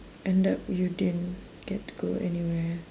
end up you didn't get to go anywhere